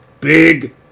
Big